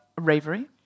Ravery